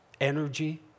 energy